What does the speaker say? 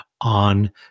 on